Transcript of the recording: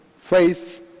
faith